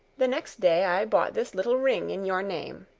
the next day i bought this little ring in your name,